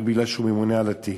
רק בגלל שהוא ממונה על התיק.